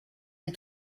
des